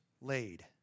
laid